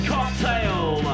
Cocktail